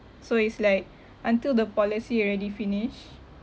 so is like until the policy already finish